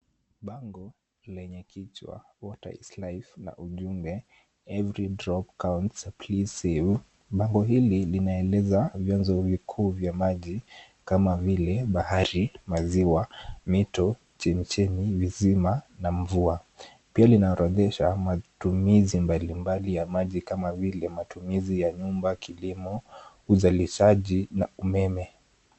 Bango lenye kichwa water is life na ujumbe every drop counts, please save , bango hili linaeleza vianzo vikuu vya maji kama vile bahari, maziwa, mito, chemichemi, visima na mvua, pia linaorodhesha matumizi mbalimbali ya maji kama vile matumizi ya nyumba, kilimo, uzalishaji na umeme.